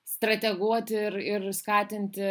strateguoti ir ir skatinti